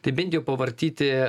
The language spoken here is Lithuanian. tai bent jau pavartyti